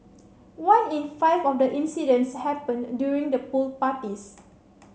one in five of the incidents happened during the pool parties